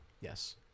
Yes